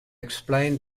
explained